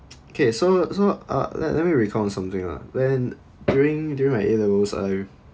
okay so so uh let let me recall something lah when during during my A levels I